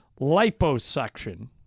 Liposuction